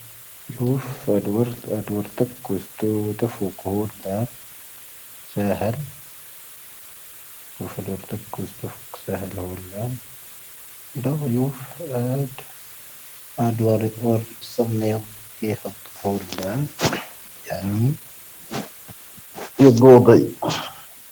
ⵢⵓⴼ ⴰⴷⵡⵓⵔⵜ ⴰⴽⴽⵓⵙⵜⵓ ⵜⴻⴼⵓⴽ ⵀooⵏ ⵏⴰⴰⵏ. ⵙⴻⵀⴻⵔ. ⵢⵓⴼ ⴰⴷⵡⵓⵔⵜ ⴰⴽⴽⵓⵙⵜⵓ ⵜⴻⴼⵓⴽ ⵙⴻⵀⴻⵔ ⵀooⵏ ⵏⴰⴰⵏ. ⴷⴰⵡ ⵢⵓⴼ ⴰⴷⵡⵓⵔⵜ ⴰⴽⴽⵓⵙⵜⵓ ⵜⴻⴼⵓⴽ ⵀooⵏ ⵏⴰⴰⵏ. ⵢⴰⴰⴰⵏ. ⵢⵓⴱo ⴱⴰⵉ.